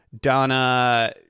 Donna